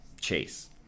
Chase